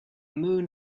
moon